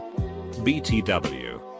BTW